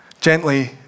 gently